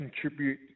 contribute